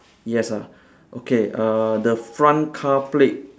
yes ah okay uh the front car plate